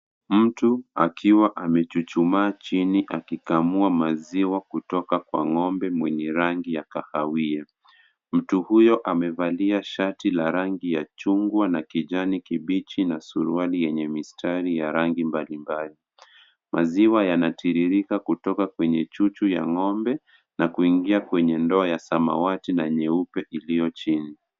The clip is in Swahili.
Mtu akiwa amechuchumaa chini akikamua maziwa kutoka kwa ng'ombe mwenye rangi ya kahawia, mtu huyo amevalia shati la rangi ya chungwa na kijani kibichi na suruali yenye mistari ya rangi mbalimbali. Maziwa yanatiririka kutoka kwenye chuchu ya ng'ombe na kuingia kwenye ndoo ya samawati na nyeupe iliyo chini.